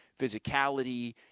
physicality